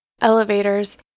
elevators